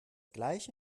gleiche